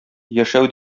яшәү